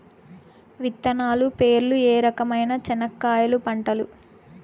విత్తనాలు పేర్లు ఏ రకమైన చెనక్కాయలు పంటలు?